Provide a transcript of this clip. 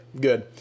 Good